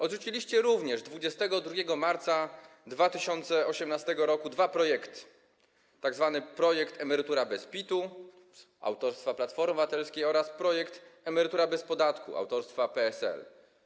Odrzuciliście również 22 marca 2018 r. dwa projekty: tzw. projekt emerytura bez PIT-u, autorstwa Platformy Obywatelskiej, oraz projekt emerytura bez podatku, autorstwa PSL.